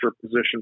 position